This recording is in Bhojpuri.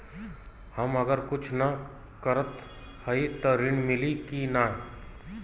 हम अगर कुछ न करत हई त ऋण मिली कि ना?